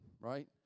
right